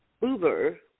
Uber